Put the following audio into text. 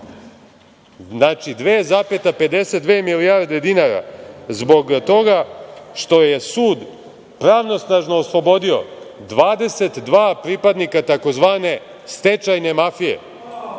Znači, 2,52 milijarde dinara zbog toga što je sud pravosnažno oslobodio 22 pripadnika tzv. stečajne mafije.